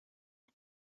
and